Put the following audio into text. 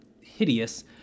hideous